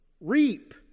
reap